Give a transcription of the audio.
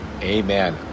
amen